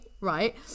right